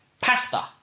pasta